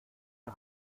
der